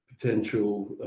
potential